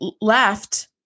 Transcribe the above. left